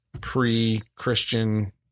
pre-Christian